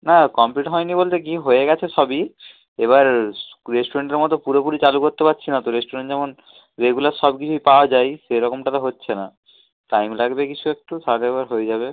না কমপ্লিট হয় নি বলতে কি হয়ে গেছে সবই এবার রেস্টুরেন্টের মতো পুরোপুরি চালু করতে পারছি না তো রেস্টুরেন্ট যেমন রেগুলার সব কিছুই পাওয়া যায় সেরকমটা তো হচ্ছে না টাইম লাগবে কিছু একটু তাহলে এবার হয়ে যাবে